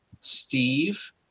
Steve